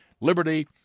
liberty